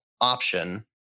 option